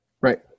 Right